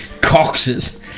coxes